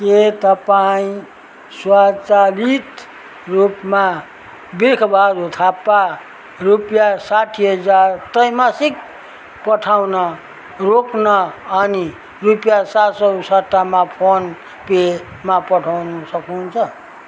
के तपाईँ स्वचालित रूपमा बिर्ख बहादुर थापा रुपियाँ साठी हजार त्रैमासिक पठाउन रोक्न अनि रुपियाँ सात सौ सट्टामा फोन पेमा पठाउनु सक्नु हुन्छ